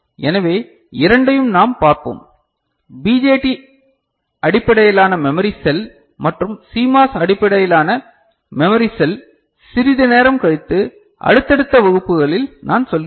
எனவே இரண்டையும் நாம் பார்ப்போம் பிஜேடி அடிப்படையிலான மெமரி செல் மற்றும் சிமாஸ் அடிப்படையிலான மெமரி செல் சிறிது நேரம் கழித்து அடுத்தடுத்த வகுப்புகளில் நான் சொல்கிறேன்